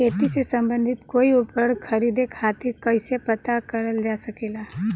खेती से सम्बन्धित कोई उपकरण खरीदे खातीर कइसे पता करल जा सकेला?